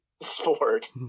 sport